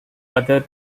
other